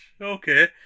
Okay